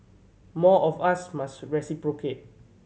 more of us must reciprocate